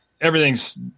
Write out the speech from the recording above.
everything's